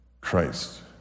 Christ